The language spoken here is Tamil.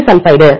D sulphide